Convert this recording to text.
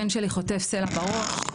הבן שלי חוטף סלע בראש.